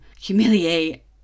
humiliate